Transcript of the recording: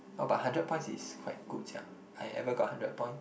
oh but hundred points is quite good sia I ever got hundred point